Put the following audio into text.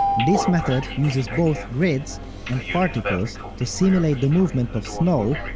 this method uses both grids and particles to simulate the movement of snow,